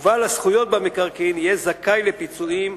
ובעל הזכויות במקרקעין יהיה זכאי לפיצויים,